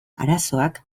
arazoak